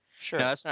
Sure